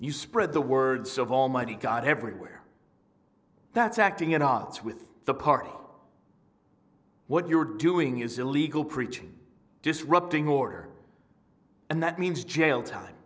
you spread the words of almighty god everywhere that's acting at odds with the party what you're doing is illegal preaching disrupting order and that means jail time